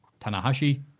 Tanahashi